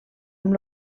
amb